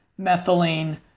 methylene